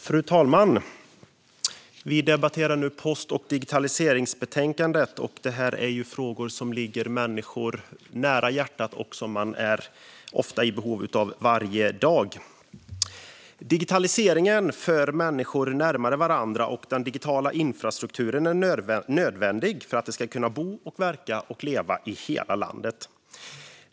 Fru talman! Vi debatterar nu post och digitaliseringsbetänkandet. Det här är frågor som ligger människor nära hjärtat. Och detta gäller något som man ofta är i behov av varje dag. Digitaliseringen för människor närmare varandra, och den digitala infrastrukturen är nödvändig för att det ska vara möjligt att bo, verka och leva i hela landet.